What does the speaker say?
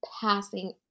passing